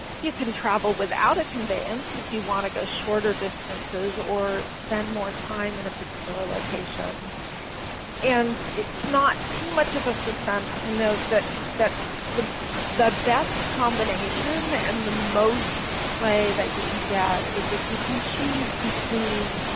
you can travel without a conveyance, if you want to go shorter distances or spend more time in a particular location and it's not too much of a suspense to note that that the the best combination and the most play that you can get is if you can choose between